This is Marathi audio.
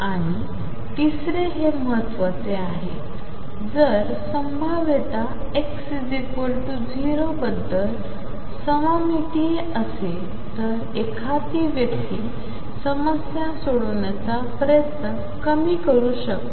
आणि तिसरे हे महत्वाचे आहे जर संभाव्यता x 0 बद्दल सममितीय असेल तर एखादी व्यक्ती समस्या सोडवण्याचा प्रयत्न कमी करू शकते